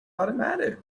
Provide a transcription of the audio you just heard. automatic